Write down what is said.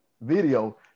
video